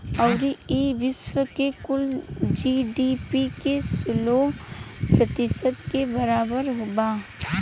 अउरी ई विश्व के कुल जी.डी.पी के सोलह प्रतिशत के बराबर बा